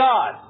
God